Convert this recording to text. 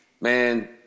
man